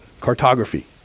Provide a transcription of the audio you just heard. cartography